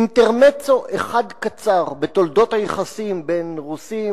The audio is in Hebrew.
אינטרמצו אחד קצר בתולדות היחסים בין רוסים